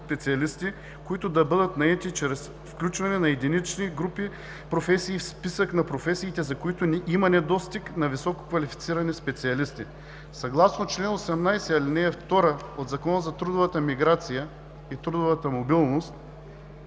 които да бъдат наети чрез включване на единични групи професии в списък на професиите, за които има недостиг на висококвалифицирани специалисти. Съгласно чл. 18, ал. 2 от Закона за трудовата миграция и трудовата мобилност,